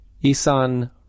Isan